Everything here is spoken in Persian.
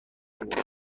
بوده